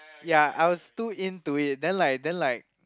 ya I was too into it then like then like